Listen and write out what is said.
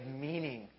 meaning